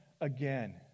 again